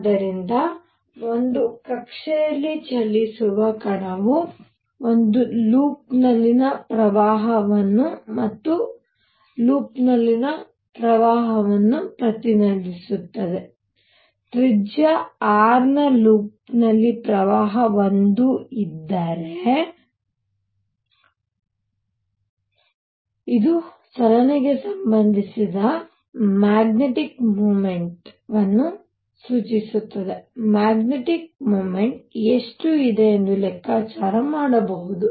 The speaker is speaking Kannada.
ಆದ್ದರಿಂದ ಒಂದು ಕಕ್ಷೆಯಲ್ಲಿ ಚಲಿಸುವ ಕಣವು ಒಂದು ಲೂಪ್ನಲ್ಲಿನ ಪ್ರವಾಹವನ್ನು ಮತ್ತು ಲೂಪ್ನಲ್ಲಿನ ಪ್ರವಾಹವನ್ನು ಪ್ರತಿನಿಧಿಸುತ್ತದೆ ತ್ರಿಜ್ಯ R ನ ಲೂಪ್ನಲ್ಲಿ ಪ್ರವಾಹ I ಇದ್ದರೆ ಇದು ಚಲನೆಗೆ ಸಂಬಂಧಿಸಿದ ಮ್ಯಾಗ್ನೆಟಿಕ್ ಮೊಮೆಂಟ್ವನ್ನು ಸೂಚಿಸುತ್ತದೆ ಮತ್ತು ಮ್ಯಾಗ್ನೆಟಿಕ್ ಮೊಮೆಂಟ್ ಎಷ್ಟು ಇದೆ ಎಂದು ಲೆಕ್ಕಾಚಾರ ಮಾಡಬಹುದು